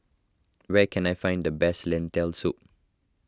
where can I find the best Lentil Soup